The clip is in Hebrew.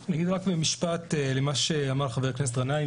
אני אגיב רק במשפט למה שאמר חבר הכנסת גנאים